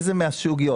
איזה מהסוגיות?